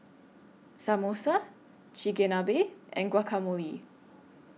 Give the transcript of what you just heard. Samosa Chigenabe and Guacamole